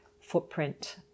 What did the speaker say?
footprint